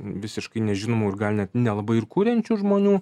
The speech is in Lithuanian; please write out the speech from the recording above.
visiškai nežinomų ir gal net nelabai ir kuriančių žmonių